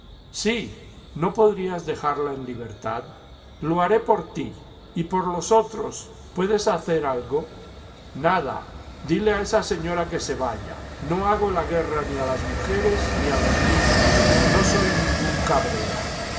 sí no podrías dejarla en libertad lo haré por ti y por los otros puedes hacer algo nada dile a esa señora que se vaya no hago la guerra ni a las mujeres ni a los niños no soy ningún cabrera